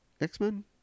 X-Men